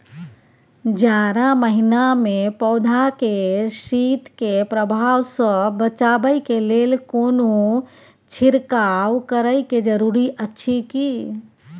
जारा महिना मे पौधा के शीत के प्रभाव सॅ बचाबय के लेल कोनो छिरकाव करय के जरूरी अछि की?